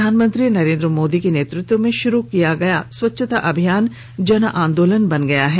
प्रधानमंत्री नरेंद्र मोदी के नेतृत्व में शुरू किया गया स्वच्छता अभियान जन आंदोलन बन गया है